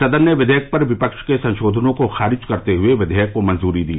सदन ने विधेयक पर विपव्व के संशोधनों को खारिज करते हुए विवेयक को मंजूरी दी